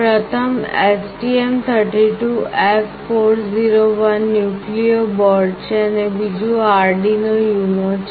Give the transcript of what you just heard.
પ્રથમ STM32F401 Nucleo board છે અને બીજું આર્ડિનો UNO છે